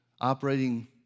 operating